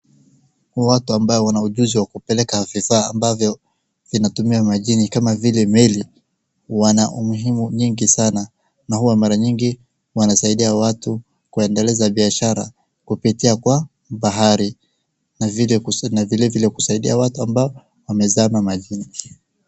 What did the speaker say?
Watu ambao wana ujuzi wa kupeleka vifaa ambavyo vinatumia majini kama vile meli. Wana umuhimu nyingi sana na hua mara nyingi wanasaidia watu kuendeleza biashara kupitia bahari na vile vile kusaidia watu ambao wamezama majini.